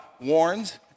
warns